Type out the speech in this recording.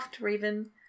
Raven